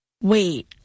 Wait